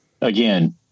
again